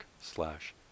slash